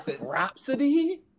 Rhapsody